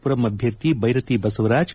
ಮರಂ ಅಭ್ಯರ್ಥಿ ಬೈರತಿ ಬಸವರಾಜ್